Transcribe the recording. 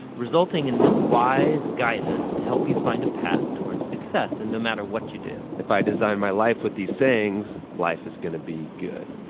resulting in this wise guidance to help you find a path towards success in no matter what you do. if i design my life with these sayings, life is gonna be good.